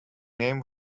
name